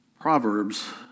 Proverbs